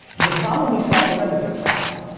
the problem we solve for them is their problem.